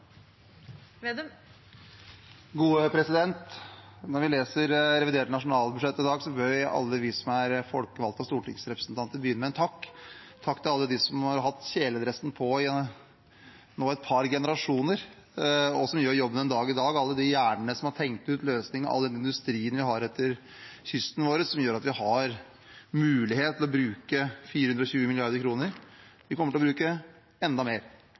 folkevalgte og stortingsrepresentanter, begynne med en takk: Takk til alle dem som har hatt kjeledressen på – nå i et par generasjoner – og som gjør jobben den dag i dag, til alle de hjernene som har tenkt ut løsninger, og til all den industrien vi har langs kysten vår, som gjør at vi har mulighet til å bruke 420 mrd. kr. Vi kommer til å bruke enda mer,